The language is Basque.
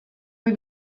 ohi